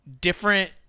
different